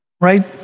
right